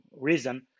reason